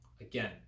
Again